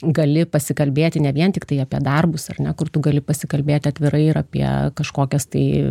gali pasikalbėti ne vien tiktai apie darbus ar ne kur tu gali pasikalbėti atvirai ir apie kažkokias tai